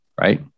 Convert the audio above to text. right